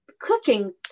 cooking